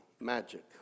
magic